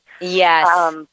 Yes